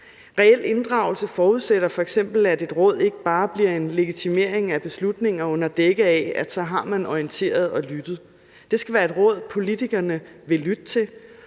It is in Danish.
Reel inddragelse forudsætter f.eks., at et råd ikke bare bliver en legitimering af beslutninger under dække af, at så har man orienteret og lyttet. Det skal være et råd, politikerne vil lytte til,